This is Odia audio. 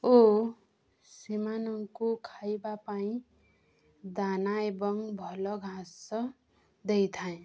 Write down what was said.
ଓ ସେମାନଙ୍କୁ ଖାଇବା ପାଇଁ ଦାନା ଏବଂ ଭଲ ଘାସ ଦେଇଥାଏ